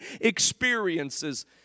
experiences